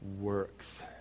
works